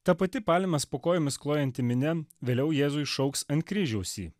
ta pati palmes po kojomis klojanti minia vėliau jėzui šauks ant kryžiaus jį